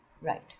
Right